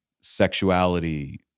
sexuality